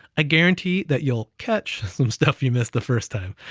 i guarantee that you'll catch some stuff you missed the first time,